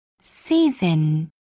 Season